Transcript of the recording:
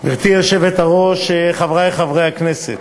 גברתי היושבת-ראש, חברי חברי הכנסת,